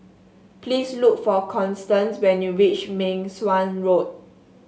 please look for Constance when you reach Meng Suan Road